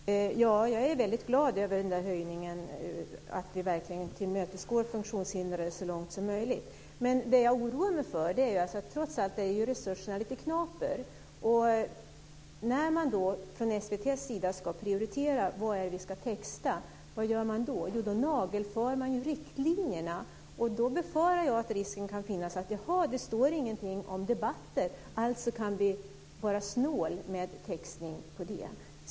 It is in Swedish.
Fru talman! Jag är väldigt glad över höjningen och att vi verkligen tillmötesgår funktionshindrade så långt som möjligt. Det jag oroar mig för är att det trots allt är lite knapert med resurserna. När man från SVT:s sida ska prioritera vad man ska texta, vad gör man då? Jo, man nagelfar riktlinjerna. Jag befarar då att risken kan finnas att man säger: Jaha, det står inget om debatter. Alltså kan vi vara snåla med textning av dem.